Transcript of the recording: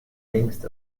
längst